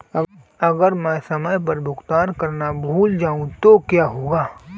अगर मैं समय पर भुगतान करना भूल जाऊं तो क्या होगा?